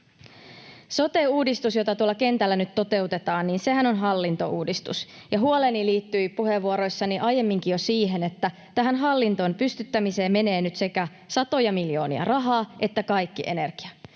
Sote-uudistushan, jota tuolla kentällä nyt toteutetaan, on hallintouudistus. Huoleni liittyi puheenvuoroissani aiemminkin jo siihen, että tämän hallinnon pystyttämiseen menee nyt sekä satoja miljoonia rahaa että kaikki energia.